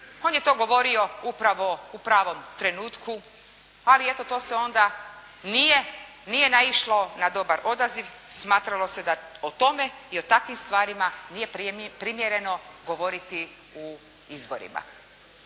On je to govorio upravo u pravom trenutku, ali eto to se onda nije naišlo na dobar odaziv, smatralo se da o tome i o takvim stvarima nije primjereno govoriti u izborima.